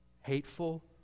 hateful